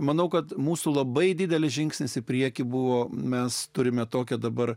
manau kad mūsų labai didelis žingsnis į priekį buvo mes turime tokią dabar